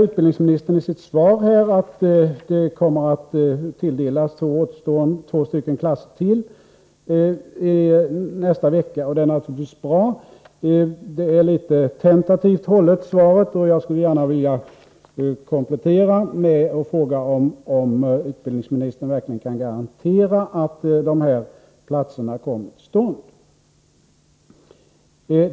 Utbildningsministern säger i sitt svar att det kommer att bli en tilldelning av två klasser i nästa vecka. Detta är naturligtvis bra. Svaret är litet tentativt hållet, och jag skulle gärna vilja ställa en kompletterande fråga, om utbildningsministern verkligen kan garantera att tilldelningen av de här platserna kommer till stånd.